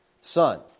son